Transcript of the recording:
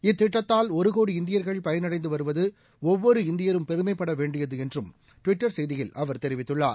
இத்திட்டத்தால் ஒரு கோடி இந்தியா்கள் பயன் அடைந்து வருவது ஒவ்வொரு இந்தியரும் பெருமைப்பட வேண்டியது என்றும் டுவிட்டர் செய்தியில் அவர் தெரிவித்துள்ளார்